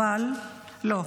אבל לא,